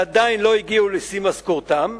שעדיין לא הגיעו לשיא משכורתם,